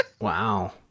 Wow